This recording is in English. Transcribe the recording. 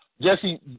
Jesse